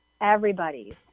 everybody's